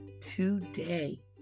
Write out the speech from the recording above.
today